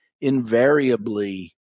Invariably